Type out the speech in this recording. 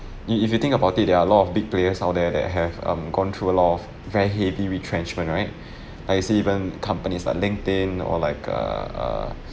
you if you think about it there are a lot of big players out there that have um gone through a lot of very heavy retrenchment right I see even companies like LinkedIn or like err err